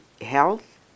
health